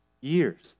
years